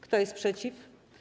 Kto jest przeciw?